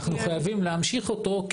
אנחנו חייבים להמשיך אותו.